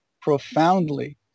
profoundly